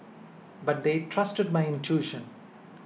but they trusted my intuition